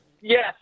Yes